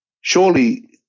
surely